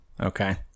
Okay